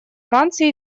франции